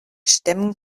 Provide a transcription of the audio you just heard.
stemmen